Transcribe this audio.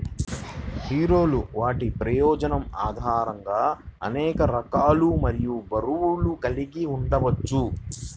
హీరోలు వాటి ప్రయోజనం ఆధారంగా అనేక రకాలు మరియు బరువులు కలిగి ఉండవచ్చు